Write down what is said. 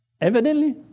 Evidently